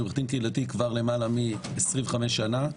אני עורך דין קהילתי כבר למעלה מ-25 שנים,